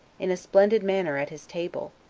in a splendid manner at his table,